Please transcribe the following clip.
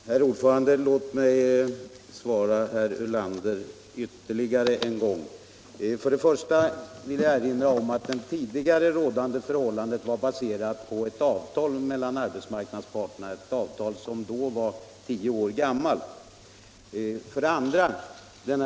Herr talman! Låt mig ännu en gång svara herr Ulander. För det första vill jag erinra om att det tidigare förhållandet har baserats på ett avtal mellan arbetsmarknadens parter, ett avtal som var tio år gammalt då lagen infördes.